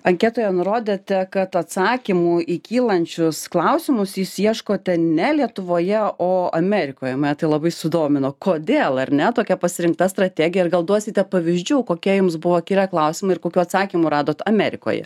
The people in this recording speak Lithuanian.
anketoje nurodėte kad atsakymų į kylančius klausimus jūs ieškote ne lietuvoje o amerikoje mane tai labai sudomino kodėl ar ne tokia pasirinkta strategija ir gal duosite pavyzdžių kokie jums buvo kilę klausimai ir kokių atsakymų radot amerikoje